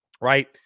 right